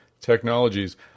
technologies